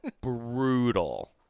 Brutal